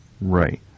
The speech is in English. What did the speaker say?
Right